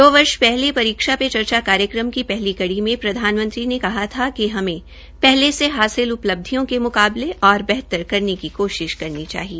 दो वर्ष पहले परीक्षा पे चर्चा का पहली कड़ी में प्रधानमंत्री ने कहा कि हमे पहे से हालिस उपलब्धि के मुकाबले और बेहतर करने की कोशिश करनी चाहिए